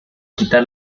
quita